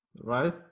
Right